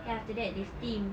then after that they steam